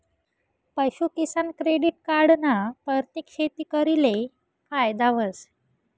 पशूकिसान credit card ना परतेक शेतकरीले फायदा व्हस